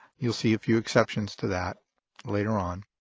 you'll see a few exceptions to that later on.